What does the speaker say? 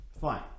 fine